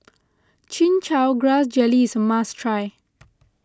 Chin Chow Grass Jelly is a must try